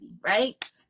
right